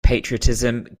patriotism